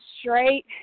straight